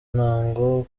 ntango